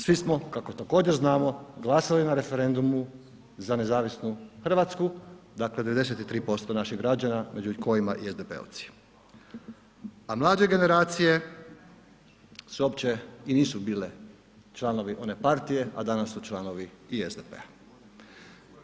Svi smo kako također znamo glasali na referendumu za nezavisnu, dakle 93% naših građana među kojima i SDP-ovci a mlađe generacije su uopće i nisu bile članove one partije a danas su članovi i SDP-a.